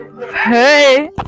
Hey